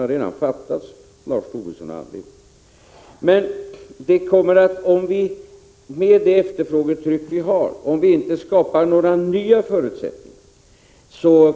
Men med det efterfrågetryck som råder kommer historien från 1986 att upprepas, om vi inte skapar några nya förutsättningar.